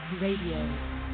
Radio